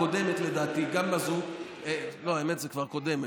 הכנסת הקודמת, זו לא העבירה.